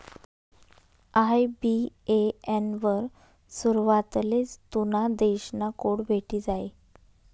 IBAN वर सुरवातलेच तुना देश ना कोड भेटी जायी